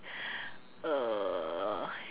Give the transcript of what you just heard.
err